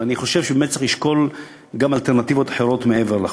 ואני חושב שבאמת צריך לשקול גם אלטרנטיבות מעבר לחוק.